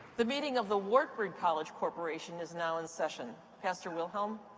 the meeting of the wartburg college corporation is now in session. pastor wilhelm.